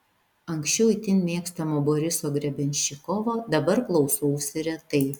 anksčiau itin mėgstamo boriso grebenščikovo dabar klausausi retai